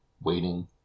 waiting